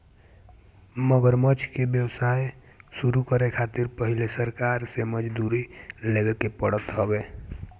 मगरमच्छ के व्यवसाय शुरू करे खातिर पहिले सरकार से मंजूरी लेवे के पड़त हवे